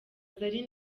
zari